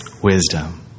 wisdom